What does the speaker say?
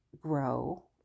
grow